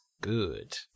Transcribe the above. good